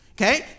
okay